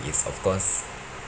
is of course